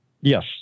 Yes